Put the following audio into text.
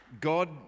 God